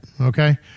Okay